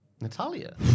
Natalia